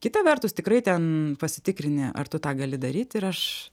kita vertus tikrai ten pasitikrini ar tu tą gali daryt ir aš